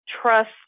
trust